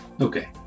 okay